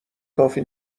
کافی